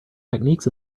techniques